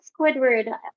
Squidward